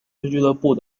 俱乐部